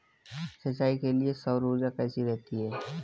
सिंचाई के लिए सौर ऊर्जा कैसी रहती है?